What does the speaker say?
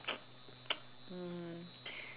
mm